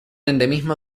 endemismo